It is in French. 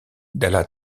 della